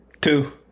Two